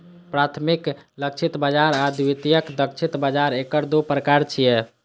प्राथमिक लक्षित बाजार आ द्वितीयक लक्षित बाजार एकर दू प्रकार छियै